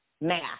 Math